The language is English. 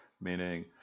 meaning –